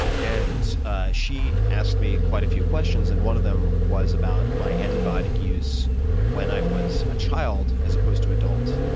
and ah she asked me quite a few questions. and one of them was about my antibiotic use when i was a child as opposed to adult,